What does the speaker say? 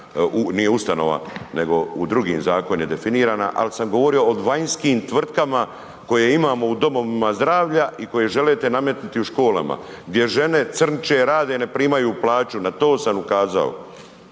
nije ustanova, nego u drugi zakon je definirana, ali sam govorio o vanjskim tvrtkama koje imamo u domovina zdravlja ikoje želite nametnuti u školama. Gdje žene crnče, rade, ne primaju plaću, na to sam ukazao.